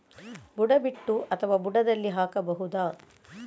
ಬುಡ ಬಿಟ್ಟು ಅಥವಾ ಬುಡದಲ್ಲಿ ಹಾಕಬಹುದಾ?